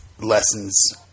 lessons